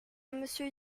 monsieur